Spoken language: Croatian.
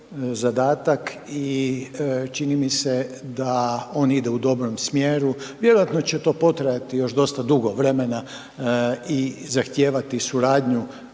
i čini mi se da on ide u dobrom smjeru, vjerojatno će to potrajati još dosta dugo vremena i zahtijevati suradnju